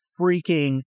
freaking